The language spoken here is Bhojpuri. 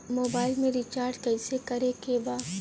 मोबाइल में रिचार्ज कइसे करे के बा?